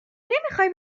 نمیخوای